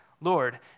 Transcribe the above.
Lord